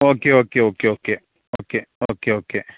okay okay okay okay okay okay okay